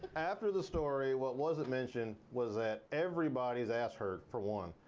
after the story, what wasn't mentioned was that everybody's ass hurt, for one.